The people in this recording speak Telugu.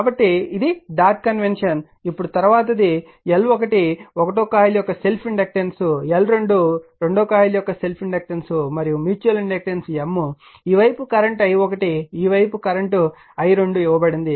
కాబట్టి ఇది డాట్ కన్వెన్షన్ ఇప్పుడు తరువాతిది L1 కాయిల్1 యొక్క self inductance L2 coil 2 self inductance మరియు మ్యూచువల్ ఇండక్టెన్స్ M ఈ వైపు కరెంట్ i1 ఈ వైపు కరెంట్ i2 ఇవ్వబడుతుంది